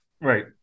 Right